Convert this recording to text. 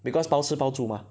because 包吃包住 mah